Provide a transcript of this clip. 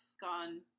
gone